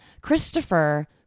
Christopher